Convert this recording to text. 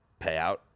Payout